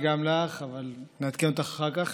גם לך אבל נעדכן אותך אחר כך,